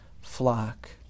flock